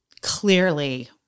clearly